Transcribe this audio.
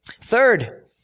Third